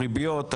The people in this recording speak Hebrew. הריביות,